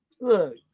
Look